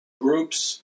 groups